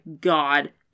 god